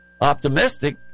optimistic